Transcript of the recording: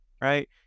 right